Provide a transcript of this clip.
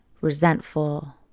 resentful